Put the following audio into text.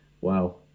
wow